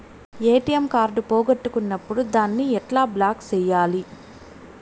ATM card పోగొట్టుకున్నప్పుడు దాన్ని ఎట్లా బ్లాక్ సేయాలి